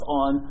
on